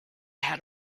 had